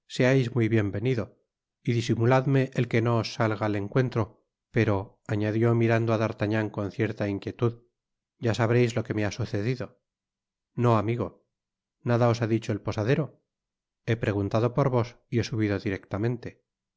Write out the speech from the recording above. seais muy bien venido y disimuladme el que no os salga al encuentro pero añadió mirando á d'artagnan con cierta inquietud ya sabreis lo que me ha sucedido no amigo nada os ha dicho el posadero he preguntado por vos y he subido directamente